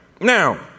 Now